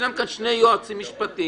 ישנם כאן שני יועצים משפטיים,